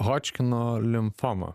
hodžkino limfoma